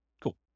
Cool